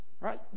Right